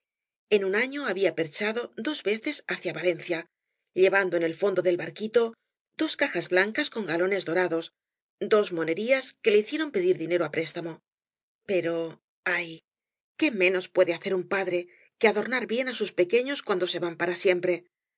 en un afio había perchado dos veces hacia valencia llevando en el fondo del barquito dos cajas blancas con galones dorados dos monerías que le hicieron pedir dinero á préstamo pero ay qué menos puede hacer un padre que adornar bien á sus pequeños cuando se van para siempre